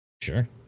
Sure